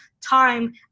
time